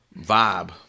vibe